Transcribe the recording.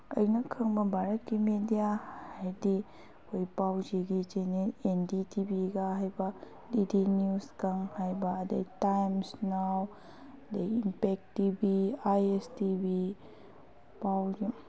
ꯑꯩꯅ ꯈꯪꯕ ꯚꯥꯔꯠꯀꯤ ꯃꯦꯗꯤꯌꯥ ꯍꯥꯏꯗꯤ ꯑꯩꯈꯣꯏ ꯄꯥꯎ ꯆꯦꯒꯤ ꯆꯦꯅꯦꯜ ꯑꯦꯟ ꯗꯤ ꯇꯤ ꯚꯤꯒ ꯍꯥꯏꯕ ꯗꯤ ꯗꯤ ꯅ꯭ꯌꯨꯁꯀ ꯍꯥꯏꯕ ꯑꯗꯒꯤ ꯇꯥꯏꯝꯁ ꯅꯥꯎ ꯑꯗꯒꯤ Impact T V I S T V ꯄꯥꯎ